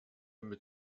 mit